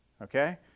okay